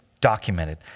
Documented